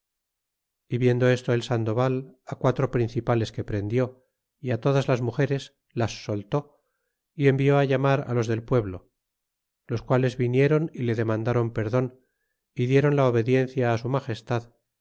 viendo esto el sandoval quatro principales que prendió y á todas las mugeres las soltó y envió llamar á los del pueblo los quales vinieron yle demandron perdon y dieron la obediencia su magestad